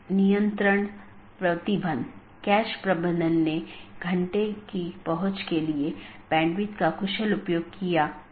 तो इसका मतलब यह है कि यह प्रतिक्रिया नहीं दे रहा है या कुछ अन्य त्रुटि स्थिति उत्पन्न हो रही है